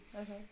Okay